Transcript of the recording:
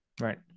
right